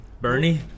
Bernie